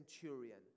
centurion